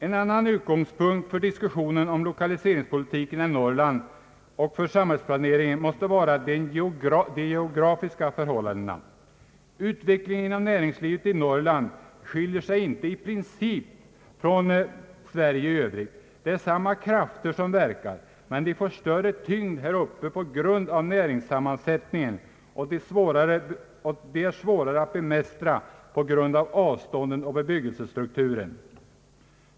En annan utgångspunkt för diskussionen om lokaliseringspolitiken i Norrland och för samhällsplaneringen måste vara de geografiska förhållandena. Utvecklingen inom näringslivet i Norrland skiljer sig i princip inte från den i Sverige i övrigt. Det är samma krafter som verkar, men de får större tyngd här uppe på grund av näringssammansättningen, och de är svårare att bemästra på grund av avstånden och bebyggelsestrukturen.